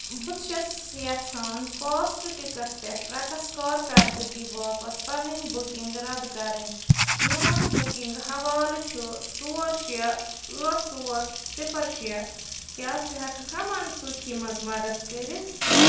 بہٕ چھَس یَژھان فاسٹ ٹِکٹ پٮ۪ٹھ رقص کارکردگی باپتھ پنٕنۍ بُکِنٛگ رَد کرٕنۍ میون بُکِنٛگ حوالہٕ چھُ ژور شےٚ ٲٹھ ژور صِفَر شےٚ کیٛاہ ژٕ ہٮ۪کہٕ کھا منسوٗخی منٛز مدتھ کٔرِتھ